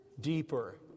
deeper